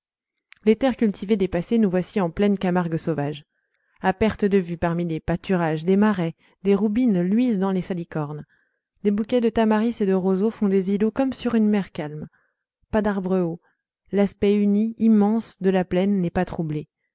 les terres cultivées dépassées nous voici en pleine camargue sauvage à perte de vue parmi les pâturages des marais des roubines luisent dans les salicornes des bouquets de tamaris et de roseaux font des îlots comme sur une mer calme pas d'arbres hauts l'aspect uni immense de la plaine n'est pas troublé